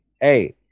hey